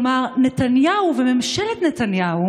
כלומר, נתניהו וממשלת נתניהו